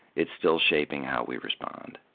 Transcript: it's still shaping how we respond.